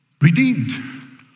Redeemed